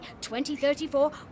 2034